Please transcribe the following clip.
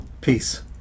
Peace